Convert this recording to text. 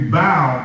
bow